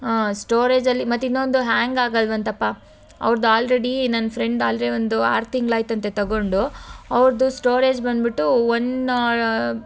ಹಾಂ ಸ್ಟೋರೇಜಲ್ಲಿ ಮತ್ತು ಇನ್ನೊಂದು ಹ್ಯಾಂಗ್ ಆಗಲ್ಲವಂತಪ್ಪ ಅವ್ರ್ದು ಆಲ್ರೆಡೀ ನನ್ನ ಫ್ರೆಂಡ್ ಆಲ್ರೆಡಿ ಒಂದು ಆರು ತಿಂಗಳು ಆಯಿತಂತೆ ತಗೊಂಡು ಅವ್ರದ್ದು ಸ್ಟೋರೇಜ್ ಬಂದುಬಿಟ್ಟು ಒನ್